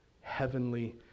heavenly